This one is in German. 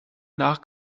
nach